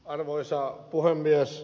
arvoisa puhemies